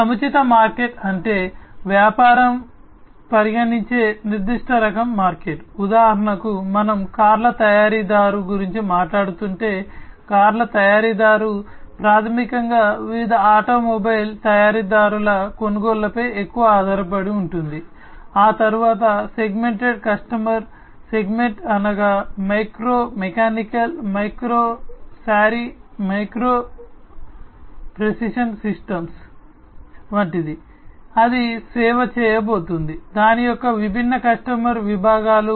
సముచిత మార్కెట్ వంటిది అది సేవ చేయబోతోంది దాని యొక్క విభిన్న కస్టమర్ విభాగాలు